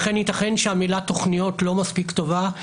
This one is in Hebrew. לכן ייתכן שהמילה "תכניות" לא מספיק טובה,